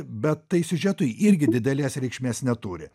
bet tai siužetui irgi didelės reikšmės neturi